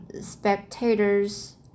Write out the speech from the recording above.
spectators